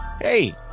Hey